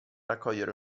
raccogliere